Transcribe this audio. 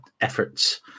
efforts